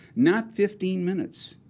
not fifteen minutes.